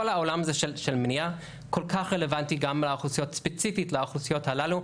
כל העולם הזה של מניעה כל כך רלוונטי גם ספציפית לאוכלוסיות הללו,